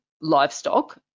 livestock